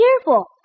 careful